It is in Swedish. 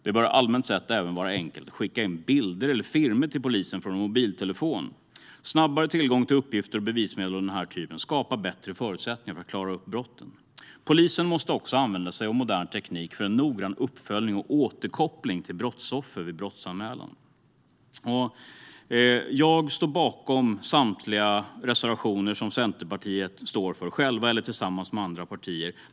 Det bör allmänt sett även vara enkelt att skicka in bilder eller filmer till polisen från en mobiltelefon. Snabbare tillgång till uppgifter och bevismedel av denna typ skapar bättre förutsättningar för att klara upp brott. Polisen måste också använda sig av modern teknik för en noggrann uppföljning och återkoppling till brottsoffer vid brottsanmälan. Centerpartiet har både egna reservationer och reservationer tillsammans med andra partier.